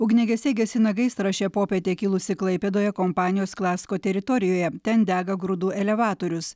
ugniagesiai gesina gaisrą šią popietę kilusį klaipėdoje kompanijos klasko teritorijoje ten dega grūdų elevatorius